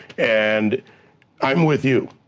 and i'm with you.